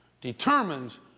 determines